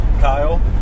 Kyle